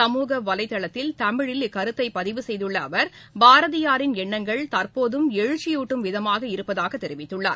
சமூக வலைதளத்தில் தமிழில் இக்கருத்தை பதிவு செய்துள்ள அவர் பாரதியாரின் எண்ணங்கள் தற்போதும் எழுச்சியூட்டும் விதமாக இருப்பதாக தெரிவித்துள்ளார்